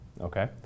okay